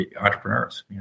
entrepreneurs